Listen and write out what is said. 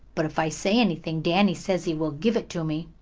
but if i say anything danny says he will give it to me.